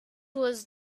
was